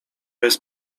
jest